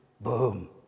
boom